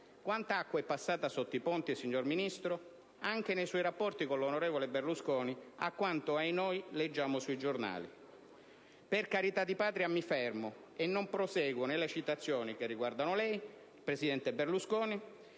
Quanta acqua è passata sotto i ponti, signor Ministro, anche nei suoi rapporti con l'onorevole Berlusconi, a quanto - ahinoi! - leggiamo sui giornali? Per carità di Patria mi fermo e non proseguo nelle citazioni che riguardano lei e il presidente Berlusconi,